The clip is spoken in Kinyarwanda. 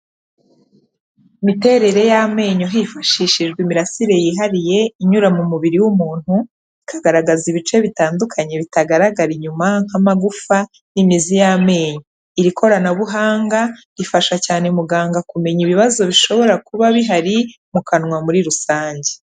Imiterere y'amenyo hifashishijwe imirasire yihariye inyura mu mubiri w'umuntu, ikagaragaza ibice bitandukanye bitagaragara inyuma nk'amagufwa n'imizi y'amenyo. Iri koranabuhanga rifasha cyane muganga kumenya ibibazo bishobora kuba bihari mu kanwa muri rusange.